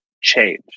change